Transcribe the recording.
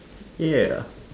ya